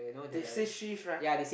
they change shift right